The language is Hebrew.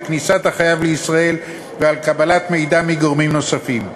כניסת החייב לישראל ועל קבלת מידע מגורמים נוספים.